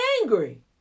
angry